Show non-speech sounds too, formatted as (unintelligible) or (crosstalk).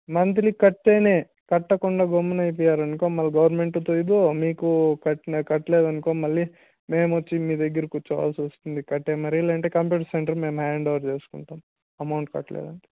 monthly కడితేనే కట్టకుండా గమ్మున అయిపోయారనుకో మళ్ళీ గవర్నమెంట్తో (unintelligible) మీకు కట్ట కట్టలేదు అనుకో మళ్ళీ మేము వచ్చి మీ దగ్గర కూర్చోవాల్సి వస్తుంది కట్టలేదంటే (unintelligible) కంప్యూటర్ సెంటర్ మేము హ్యాండ్ ఓవర్ చేసుకుంటాము అమౌంట్ కట్టలేదంటే